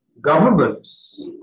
governments